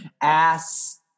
ass